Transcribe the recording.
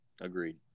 agreed